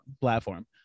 platform